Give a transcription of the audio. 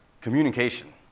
Communication